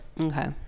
Okay